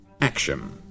action